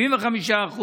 75%,